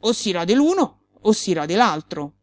o si rade l'uno o si rade l'altro